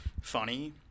funny